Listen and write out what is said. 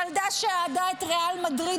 ילדה שאהדה את ריאל מדריד,